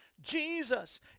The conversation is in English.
Jesus